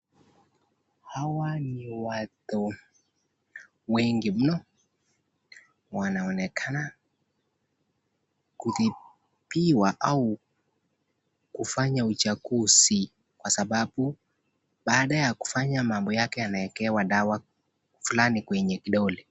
Hawa ni watu wengi mno, wanaonekana kutibiwa au kufanya uchaguzi kwa sababu, baada ya kufanya mambo yake anaekewa dawa fulani kwenye kidole.